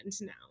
now